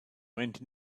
went